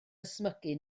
ysmygu